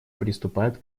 приступает